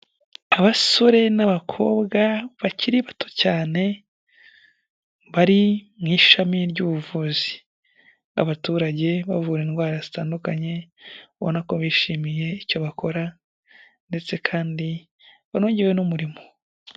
Abasore n'abakobwa bakiri bato cyane bari mw' ishami ry'ubuvuzi , abaturage bavura indwara zitandukanye ubona ko bishimiye icyo bakora ndetse kandi banongewe n'umurimo .